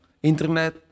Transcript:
internet